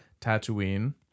Tatooine